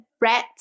rats